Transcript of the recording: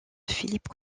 philippe